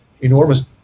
enormous